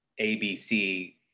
ABC